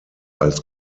als